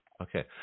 Okay